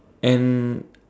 and